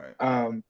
Right